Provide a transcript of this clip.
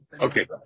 Okay